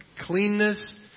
cleanness